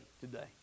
today